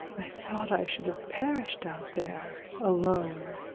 i thought i should have perished out there alone.